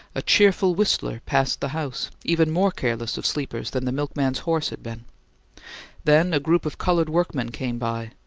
a cheerful whistler passed the house, even more careless of sleepers than the milkman's horse had been then a group of coloured workmen came by,